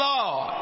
Lord